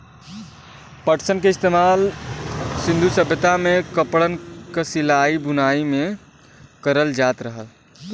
पटसन क इस्तेमाल सिन्धु सभ्यता में कपड़न क सिलाई बुनाई में करल जात रहल